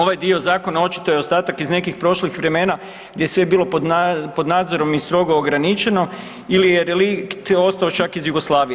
Ovaj dio zakon očito je ostatak iz nekih prošlih vremena gdje je sve bilo pod nadzorom i strogo ograničeno ili je relikt ostao čak iz Jugoslavije.